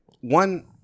one